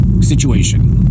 situation